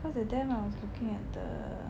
cause that time I was looking at the